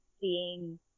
seeing